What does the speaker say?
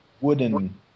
wooden